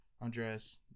Andres